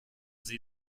sie